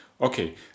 Okay